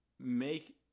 make